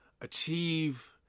achieve